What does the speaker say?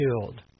killed